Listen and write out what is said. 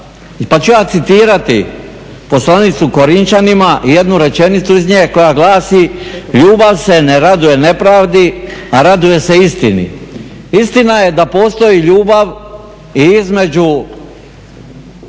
pa ću ja citirati Poslanicu Korinčanima i jednu rečenicu iz nje koja glasi: "ljubav se ne raduje nepravdi, a raduje se istini". Istina je da postoji ljubav između